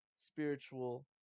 spiritual